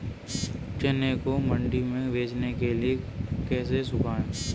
चने को मंडी में बेचने के लिए कैसे सुखाएँ?